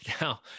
Now